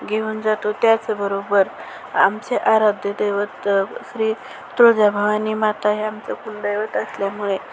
घेऊन जातो त्याचबरोबर आमचे आराध्य्य दैवत श्री तुळजाभवानी माता हे आमचं कुलदैवत असल्यामुळे